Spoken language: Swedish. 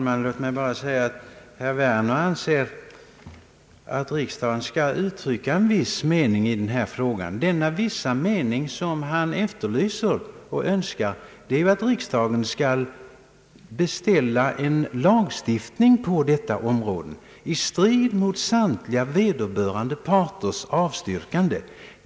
Herr talman! Herr Werner anser att riksdagen skall uttrycka en viss me ning i denna fråga. Låt mig bara säga att denna mening som herr Werner efterlyser och önskar är att riksdagen skall beställa en lagstiftning på detta område, i strid mot samtliga vederbörande parters avstyrkande.